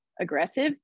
aggressive